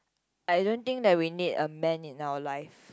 I don't think that we need a man in our life